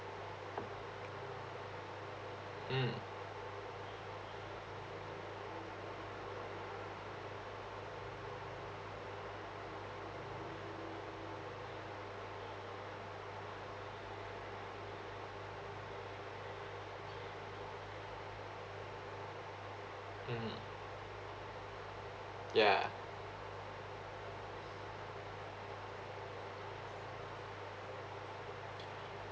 mm mmhmm ya